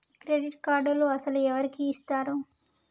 Credit కార్డులు అసలు ఎవరికి ఇస్తారు?